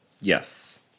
Yes